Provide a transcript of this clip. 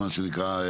מה שנקרא,